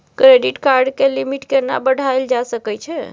Credit card के limit केना बढायल जा सकै छै?